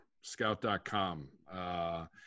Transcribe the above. scout.com